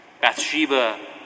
Bathsheba